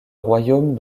royaume